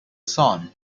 son